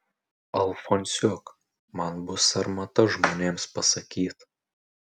alfonsiuk man bus sarmata žmonėms pasakyt